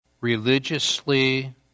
religiously